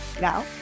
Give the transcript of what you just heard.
Now